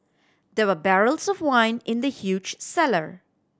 there were barrels of wine in the huge cellar